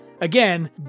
Again